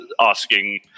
asking